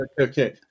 Okay